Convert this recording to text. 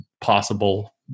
possible